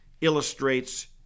illustrates